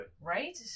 Right